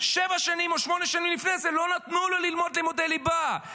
שבע שנים או שמונה שנים לפני זה לא נתנו לו ללמוד לימודי ליבה,